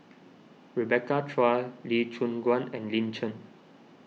Rebecca Chua Lee Choon Guan and Lin Chen